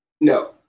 no